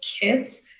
kids